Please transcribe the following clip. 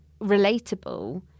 relatable